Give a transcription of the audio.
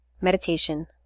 meditation